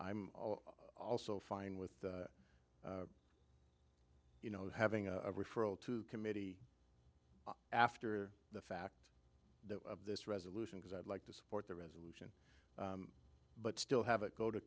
i'm also fine with you know having a referral to committee after the fact of this resolution because i'd like to support the resolution but still have it go to